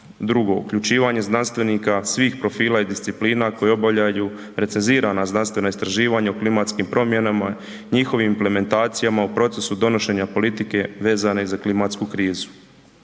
Drugo, uključivanje znanstvenika svih profila i disciplina koji obavljaju recezirana znanstvena istraživanja o klimatskim promjenama i njihovim implementacijama u procesu donošenja politike vezane za klimatsku krizu.